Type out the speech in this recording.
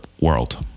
world